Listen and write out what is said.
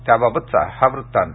त्याबाबतचा हा वृत्तांत